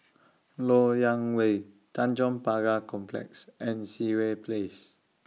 Lok Yang Way Tanjong Pagar Complex and Sireh Place